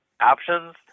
options